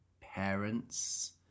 parents